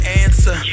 answer